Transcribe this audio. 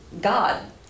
God